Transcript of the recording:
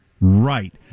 Right